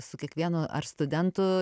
su kiekvienu ar studentu